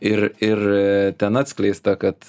ir ir ten atskleista kad